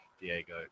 Diego